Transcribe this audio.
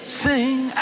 sing